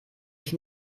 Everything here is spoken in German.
ich